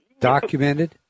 Documented